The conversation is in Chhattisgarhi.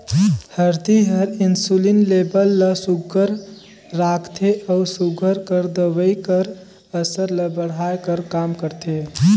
हरदी हर इंसुलिन लेबल ल सुग्घर राखथे अउ सूगर कर दवई कर असर ल बढ़ाए कर काम करथे